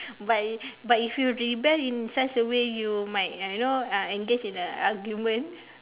but if but if you rebel in such a way you might uh you know uh engage in a argument